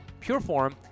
Pureform